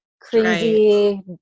crazy